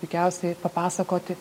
puikiausiai papasakoti